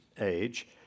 age